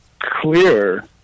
clear